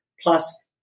plus